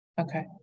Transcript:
Okay